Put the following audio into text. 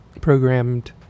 programmed